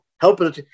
helping